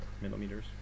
millimeters